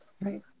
right